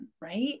Right